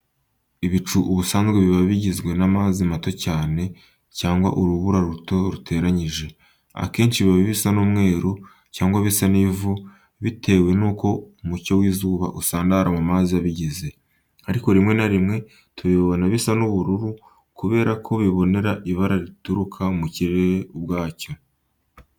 Ibicu ubusanzwe biba bigizwe n’amazi mato cyane, cyangwa urubura ruto ruteranyije. Akenshi biba bisa n’umweru cyangwa ibisa n’ivu bitewe n’uko umucyo w’izuba usandara mu mazi abigize. Ariko rimwe na rimwe tubibona bisa n’ubururu kubera ko bibonera ibara rituruka ku kirere ubwacyo.